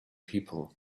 people